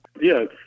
Yes